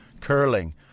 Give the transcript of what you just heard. curling